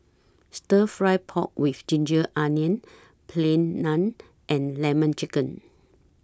Stir Fry Pork with Ginger Onions Plain Naan and Lemon Chicken